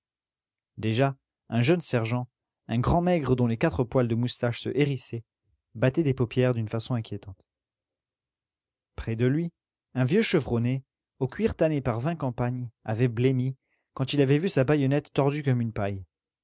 déjà un jeune sergent un grand maigre dont les quatre poils de moustaches se hérissaient battait des paupières d'une façon inquiétante près de lui un vieux chevronné au cuir tanné par vingt campagnes avait blêmi quand il avait vu sa baïonnette tordue comme une paille